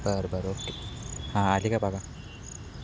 बरं बरं ओके हां आले का बघा